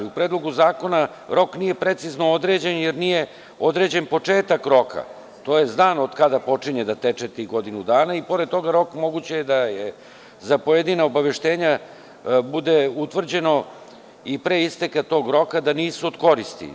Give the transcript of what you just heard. U Predlogu zakona rok nije precizno određen jer nije određen početak roka, tj. dan od kada počinje da teče tih godinu dana i pored toga rok, moguće je da je za pojedina obaveštenja, bude utvrđeno i pre isteka tog roka da nisu od koristi.